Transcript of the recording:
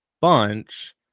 Bunch